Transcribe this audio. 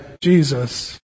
Jesus